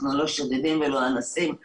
אנחנו לא שודדים ולא אנסים,